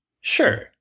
Sure